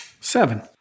Seven